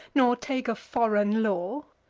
nor take a foreign law!